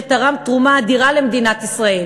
שתרם תרומה אדירה למדינת ישראל,